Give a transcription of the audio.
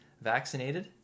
vaccinated